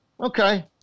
Okay